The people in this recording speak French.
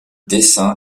dessin